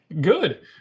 good